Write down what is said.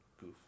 goof